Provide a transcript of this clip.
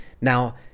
Now